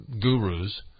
gurus